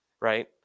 right